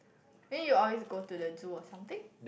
then you always go to the zoo or something